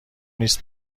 نیس